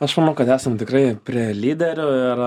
aš manau kad esam tikrai prie lyderių ir